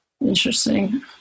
interesting